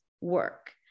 work